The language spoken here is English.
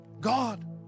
God